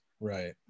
Right